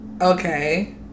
Okay